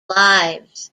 lives